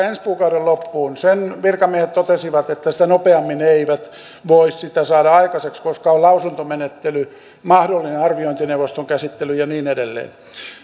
ensi kuukauden loppuun mennessä sen virkamiehet totesivat että sitä nopeammin he eivät voi sitä saada aikaiseksi koska on lausuntomenettely mahdollinen arviointineuvoston käsittely ja niin edelleen